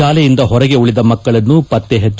ಶಾಲೆಯಿಂದ ಹೊರಗೆ ಉಳದ ಮಕ್ಕಳನ್ನು ಪತ್ತೆ ಹಟ್ಟ